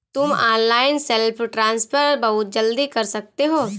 तुम online self transfer बहुत जल्दी कर सकते हो